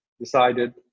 decided